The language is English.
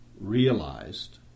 realized